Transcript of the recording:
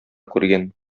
күргән